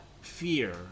fear